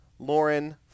lauren